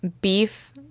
beef